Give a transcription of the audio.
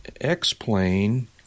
x-plane